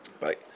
Right